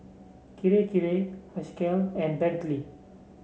Kirei Kirei and Bentley